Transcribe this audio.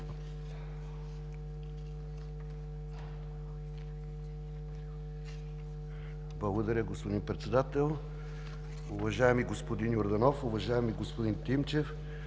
Благодаря, господин Председател. Уважаеми господин Йорданов, уважаеми господин Тимчев,